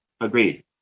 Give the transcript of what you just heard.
agreed